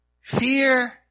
Fear